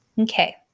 Okay